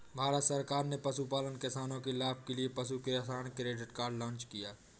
भारत सरकार ने पशुपालन किसानों के लाभ के लिए पशु किसान क्रेडिट कार्ड लॉन्च किया